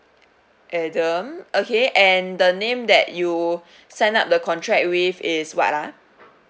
adam okay and the name that you sign up the contract with is what ah